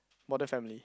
modern family